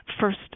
first